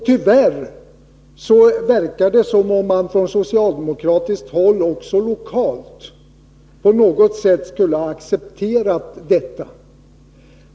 Tyvärr verkar det som om man från socialdemokratiskt håll också lokalt på något sätt skulle ha accepterat detta.